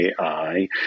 AI